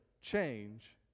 change